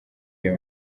iyo